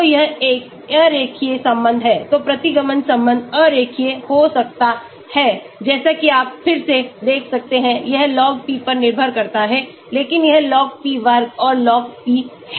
तो यह एक अरेखीय संबंध है तो प्रतिगमन संबंध अरेखीय हो सकता है जैसा कि आप फिर से देख सकते हैं यह log p पर निर्भर करता है लेकिन यह log p वर्ग और log p है